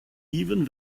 even